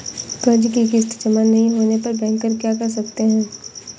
कर्ज कि किश्त जमा नहीं होने पर बैंकर क्या कर सकते हैं?